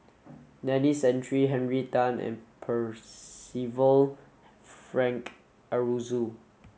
Denis Santry Henry Tan and Percival Frank Aroozoo